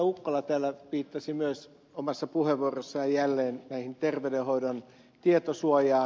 ukkola täällä viittasi myös omassa puheenvuorossaan jälleen terveydenhoidon tietosuojaan